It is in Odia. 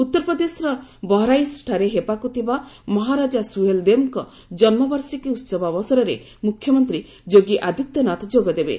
ଉତ୍ତର ପ୍ରଦେଶର ବହରାଇଚଠାରେ ହେବାକୁ ଥିବା ମହାରାଜା ସୁହେଲ୍ଦେବଙ୍କ ଜନ୍କବାର୍ଷିକୀ ଉତ୍ସବ ଅବସରରେ ମୁଖ୍ୟମନ୍ତ୍ରୀ ଯୋଗୀ ଆଦିତ୍ୟନାଥ ଯୋଗଦେବେ